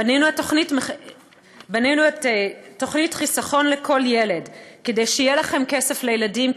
בנינו את תוכנית "חיסכון לכל ילד" כדי שיהיה להם כסף לילדים.